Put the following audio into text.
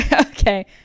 okay